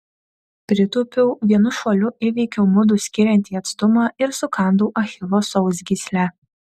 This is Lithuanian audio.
pritūpiau vienu šuoliu įveikiau mudu skiriantį atstumą ir sukandau achilo sausgyslę